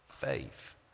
faith